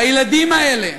הילדים האלה,